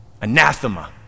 Anathema